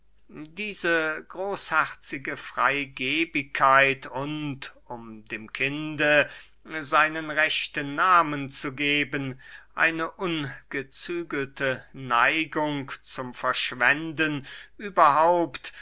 diese großherzige freygebigkeit und um dem kinde seinen rechten nahmen zu geben eine ungezügelte neigung zum verschwenden überhaupt